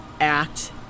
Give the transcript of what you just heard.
act